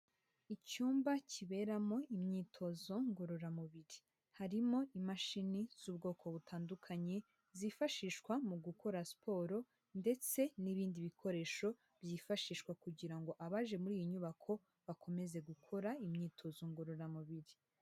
Icyumba kiberamo imyitozo ngororamubiri. Harimo imashini z'ubwoko butandukanye zifashishwa mu gukora siporo ndetse n'ibindi bikoresho byifashishwa kugira ngo abaje muri iyi nyubako bakomeze gukora imyitozo ngororamubiri.